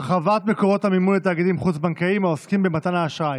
(הרחבת מקורות המימון לתאגידים חוץ-בנקאיים העוסקים במתן אשראי).